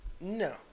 No